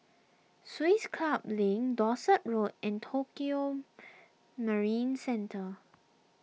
Swiss Club Link Dorset Road and Tokio Marine Centre